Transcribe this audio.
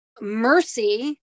mercy